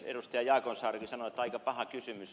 jaakonsaarikin sanoi että aika paha kysymys